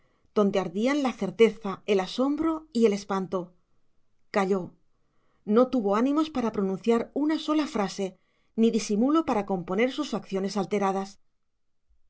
donde ardían la certeza el asombro y el espanto calló no tuvo ánimos para pronunciar una sola frase ni disimulo para componer sus facciones alteradas